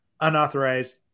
unauthorized